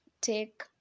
take